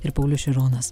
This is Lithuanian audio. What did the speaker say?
ir paulius šironas